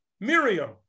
Miriam